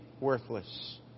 worthless